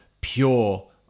pure